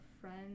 friends